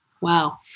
Wow